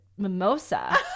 mimosa